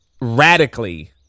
radically